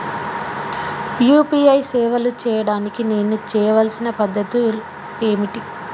UPI సేవలు చేయడానికి నేను చేయవలసిన పద్ధతులు ఏమిటి?